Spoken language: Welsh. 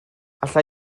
alla